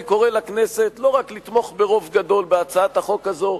אני קורא לכנסת לא רק לתמוך ברוב גדול בהצעת החוק הזאת,